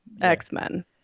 X-Men